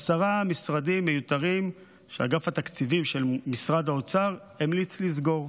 עשרה משרדים מיותרים שאגף התקציבים של משרד האוצר המליץ לסגור.